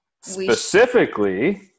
specifically